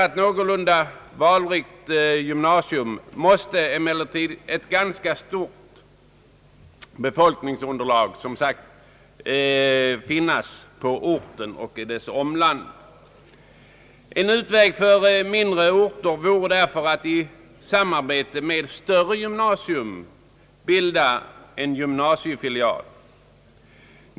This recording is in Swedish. För inrättande av ett gymnasium erfordras, som sagt, ett ganska stort befolkningsunderlag på orten och i dess omland. En utväg för mindre orter vore att i samarbete med större gymnasier bilda gymnasiefilialer.